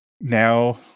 now